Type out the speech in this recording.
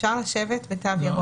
אפשר לשבת בתו ירוק.